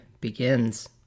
begins